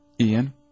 Ian